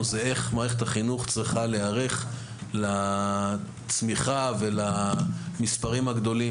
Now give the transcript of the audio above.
הוא איך מערכת החינוך צריכה להיערך לצמיחה ולמספרים הגדולים